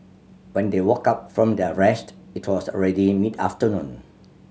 when they woke up from their rest it was already mid afternoon